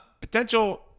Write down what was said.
potential